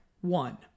one